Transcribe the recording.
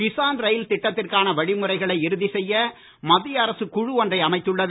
Kisan rail திட்டத்திற்கான வழிமுறைகளை இறுதி செய்ய மத்திய அரசு குழு ஒன்றை அமைத்துள்ளது